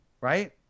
right